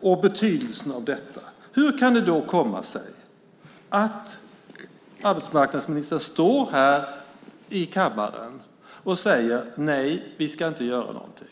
och betydelsen av detta. Hur kan det då komma sig att arbetsmarknadsministern står här i kammaren och säger att vi inte ska göra någonting?